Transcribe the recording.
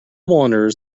wanders